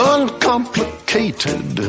Uncomplicated